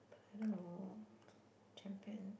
I don't know champion